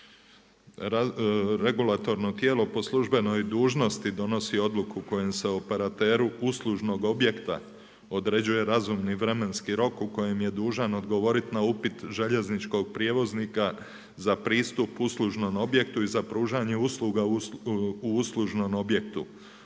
Regulatorno tijelo po službenoj dužnosti donosi odluku kojom se operateru uslužnog objekta određuje razumni vremenski rok u kojem je dužan odgovoriti na upit željezničkog prijevoznika za pristup uslužnom objektu i za pružanje usluga u uslužnog objektu.